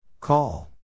Call